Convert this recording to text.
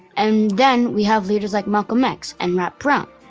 and then we have leaders like malcolm x and rap brown,